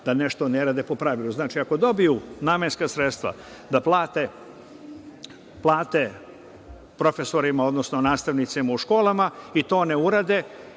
da nešto ne rade po pravilu. Znači, ako dobiju namenska sredstva da plate, plate profesorima, odnosno nastavnicima u školama i to ne urade,